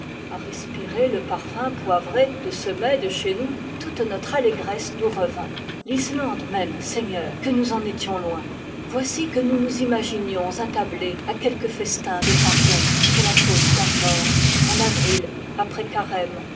a respirer le parfum poivré de ce mets de chez nous toute notre allégresse nous revint l'islande même seigneur que nous en étions loin voici que nous nous imaginions attablés à quelque festin de pardon sur la côte d'armor en avril après carême